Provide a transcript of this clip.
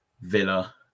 Villa